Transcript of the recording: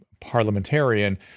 parliamentarian